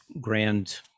grand